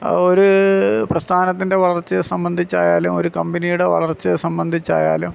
ഒരു പ്രസ്ഥാനത്തിൻ്റെ വളർച്ചയെ സംബന്ധിച്ചായാലും ഒരു കമ്പനിയുടെ വളർച്ചയെ സംബന്ധിച്ചായാലും